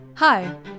Hi